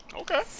Okay